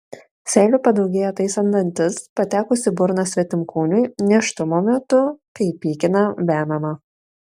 seilių padaugėja taisant dantis patekus į burną svetimkūniui nėštumo metu kai pykina vemiama